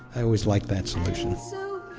i always liked that solution. so